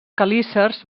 quelícers